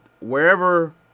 wherever